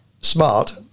smart